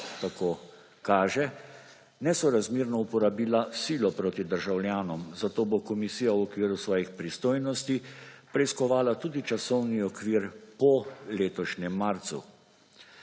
tako kaže, nesorazmerno uporabila silo proti državljanom, zato bo komisija v okviru svojih pristojnosti preiskovala tudi časovni okvir po letošnjem marcu.